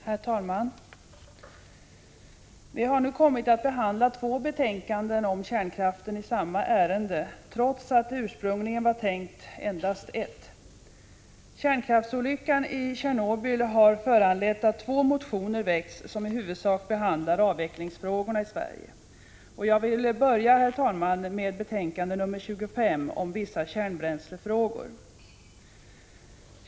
Herr talman! Vi har nu kommit att behandla två betänkanden om kärnkraften i samma ärende trots att det ursprungligen var tänkt endast ett. Kärnkraftsolyckan i Tjernobyl har föranlett att två motioner har väckts, som i huvudsak handlar om avvecklingsfrågorna i Sverige. Jag vill, herr talman, börja med betänkandet 25 om kärnbränslefrågor.